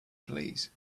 please